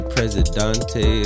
Presidente